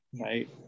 right